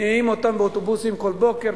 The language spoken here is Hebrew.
מסיעים אותם באוטובוסים כל בוקר,